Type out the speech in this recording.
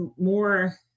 more